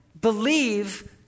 believe